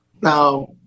Now